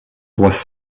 was